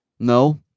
No